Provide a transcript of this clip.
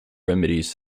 remedies